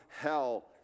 hell